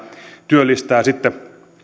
työllistää